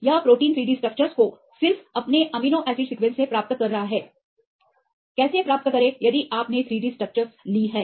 यह प्रोटीन की 3D structures को सिर्फ अपने अमीनो एसिड सीक्वेंस से प्राप्त कर रहा है कैसे प्राप्त करें यदि आपने 3D स्ट्रक्चर्स ली हैं